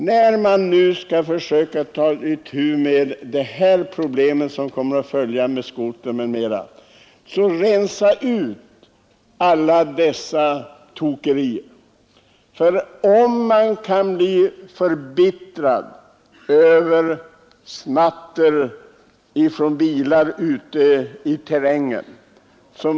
När vi nu skall ta itu med det bullerproblem som blir en följd av snöskotertrafiken bör vi rensa bort alla dessa tokerier. Nog kan man bli förbittrad över smattret från bilar ute i terrängen.